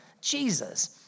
Jesus